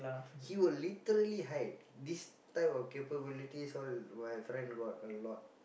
he will literally hide this type of capabilities all my friend got a lot